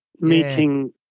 Meeting